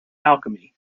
alchemy